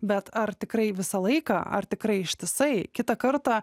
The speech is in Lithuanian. bet ar tikrai visą laiką ar tikrai ištisai kitą kartą